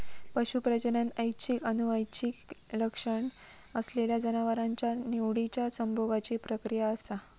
पशू प्रजनन ऐच्छिक आनुवंशिक लक्षण असलेल्या जनावरांच्या निवडिच्या संभोगाची प्रक्रिया असा